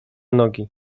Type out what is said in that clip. nogi